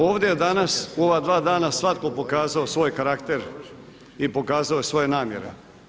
Ovdje je danas u ova dva dana svatko pokazao svoj karakter i pokazao je svoje namjere.